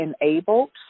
enabled